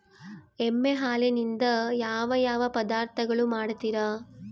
ಎಮ್ಮೆ ಹಾಲಿನಿಂದ ಯಾವ ಯಾವ ಪದಾರ್ಥಗಳು ಮಾಡ್ತಾರೆ?